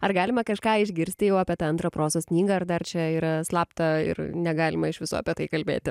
ar galima kažką išgirsti jau apie tą antrą prozos knygą ar dar čia yra slapta ir negalima iš viso apie tai kalbėti